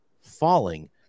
falling